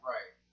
Right